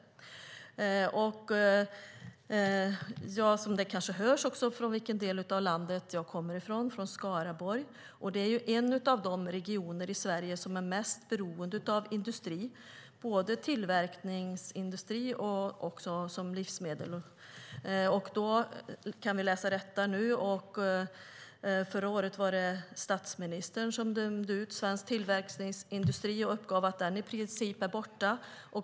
Det kanske hörs från vilken del av landet jag kommer, nämligen Skaraborg, och det är en av de regioner i Sverige som är mest beroende av industri, både tillverkningsindustri och livsmedelsindustri. Nu kan vi alltså läsa detta, och förra året var det statsministern som dömde ut svensk tillverkningsindustri och uppgav att den i princip är borta.